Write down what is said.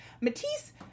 Matisse